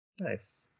nice